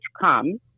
come